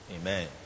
Amen